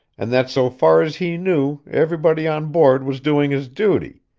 and that so far as he knew everybody on board was doing his duty,